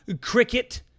cricket